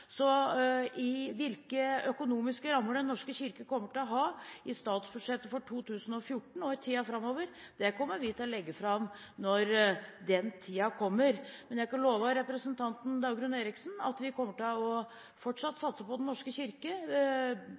Hvilke økonomiske rammer Den norske kirke kommer til å få i statsbudsjettet for 2014 og i tiden framover, vil vi legge fram når den tiden kommer. Men jeg kan love representanten Dagrun Eriksen at vi fortsatt kommer til å satse på Den norske kirke